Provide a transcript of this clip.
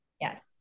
Yes